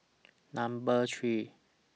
Number three